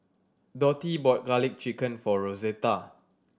Dotty bought Garlic Chicken for Rosetta